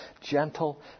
gentle